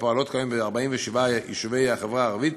הפועלות כיום ב-47 יישובי החברה הערבית,